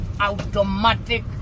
automatic